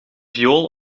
viool